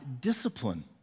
discipline